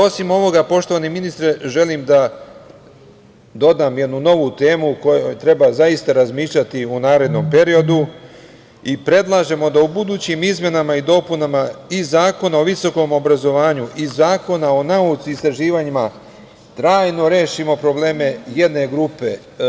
Osim ovoga, poštovani ministre, želim da dodam jednu novu temu o kojoj treba razmišljati u narednom periodu i predlažemo da u budućim izmenama i dopunama i Zakona o visokom obrazovanju i Zakona o naučnim istraživanjima, trajno rešimo probleme jedne grupe.